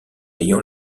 ayant